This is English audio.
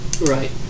Right